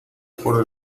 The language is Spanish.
por